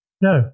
No